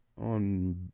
on